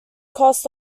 cost